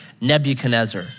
Nebuchadnezzar